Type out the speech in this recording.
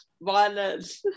violence